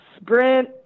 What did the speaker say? sprint